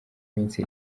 minsi